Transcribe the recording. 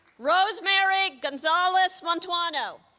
rosemary gonzalez mantuano